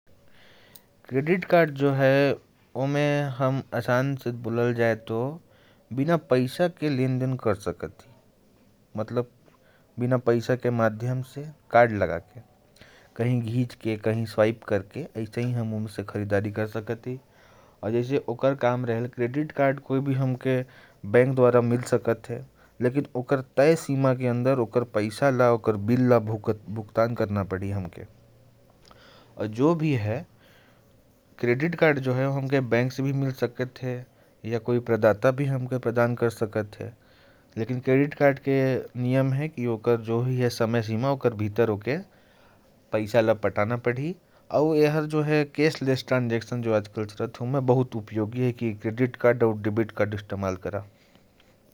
Credit card जो है, आसान शब्दों में कहें तो बिना कैश के लेन-देन किया जा सकता है। लेकिन क्रेडिट कार्ड का भुगतान समय सीमा के अंदर बैंक को करना पड़ता है। आजकल जो कैशलेस लेन-देन चल रहा है, उसमें यह बहुत उपयोगी है।